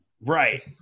Right